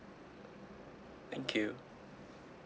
thank you